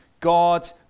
God